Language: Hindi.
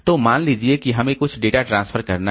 तो मान लीजिए कि हमें कुछ डेटा ट्रांसफर करना है